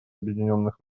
объединенных